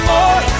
More